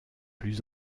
plus